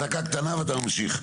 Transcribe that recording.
הפסקה קטנה ואתה ממשיך.